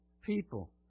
people